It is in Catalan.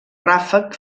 ràfec